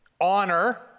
honor